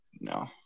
no